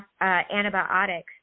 antibiotics